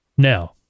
Now